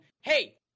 Hey